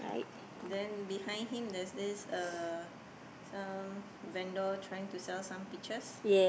then behind him there's this uh some vendor trying to sell some peaches